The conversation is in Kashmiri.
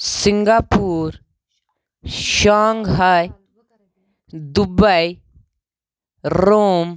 Singapore Shanghai Dubai room